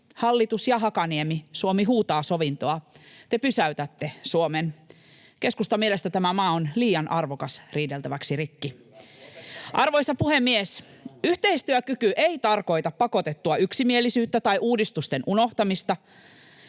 hallitus ja Hakaniemi — Suomi huutaa sovintoa. Te pysäytätte Suomen. [Ben Zyskowicz: Kyllä, lopettakaa vaan!] Keskustan mielestä tämä maa on liian arvokas riideltäväksi rikki. Arvoisa puhemies! Yhteistyökyky ei tarkoita pakotettua yksimielisyyttä tai uudistusten unohtamista